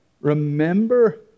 remember